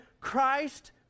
Christ